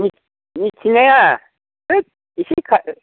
मिथिनाया होत इसे